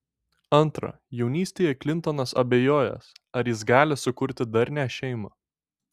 antra jaunystėje klintonas abejojęs ar jis gali sukurti darnią šeimą